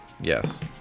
Yes